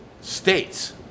states